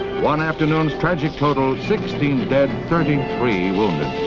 one afternoon's tragic total sixteen dead, thirty three wounded.